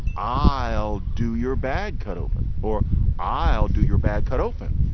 i'll do your bag cut open or i'll do your bag cut open.